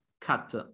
cut